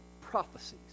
prophecies